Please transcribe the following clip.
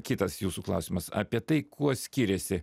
kitas jūsų klausimas apie tai kuo skyrėsi